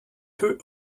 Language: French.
peu